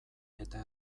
eta